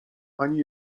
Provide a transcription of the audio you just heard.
ani